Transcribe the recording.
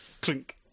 clink